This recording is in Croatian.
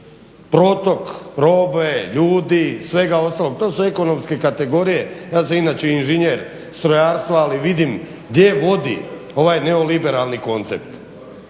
protok robe, ljudi, svega ostalog, to su ekonomske kategorije. Ja sam inače inženjer strojarstva ali vidim gdje vodi ovaj neoliberalni koncept.